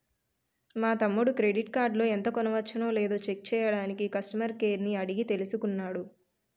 మా తమ్ముడు క్రెడిట్ కార్డులో ఎంత కొనవచ్చునో లేదో చెక్ చెయ్యడానికి కష్టమర్ కేర్ ని అడిగి తెలుసుకున్నాడు